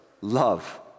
Love